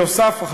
נוסף על כך,